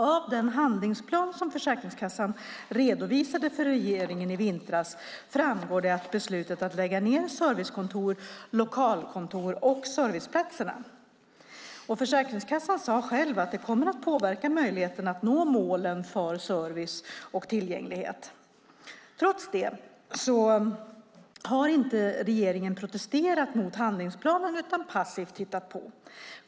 Av den handlingsplan som Försäkringskassan redovisade för regeringen i vintras framgår att man beslutat att lägga ned servicekontor, lokalkontor och serviceplatser. Försäkringskassan sade att det kommer att påverka möjligheten att nå målen för service och tillgänglighet. Trots det har inte regeringen protesterat mot handlingsplanen utan passivt tittat på.